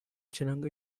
kiranga